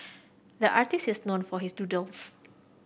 the artist is known for his doodles